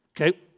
Okay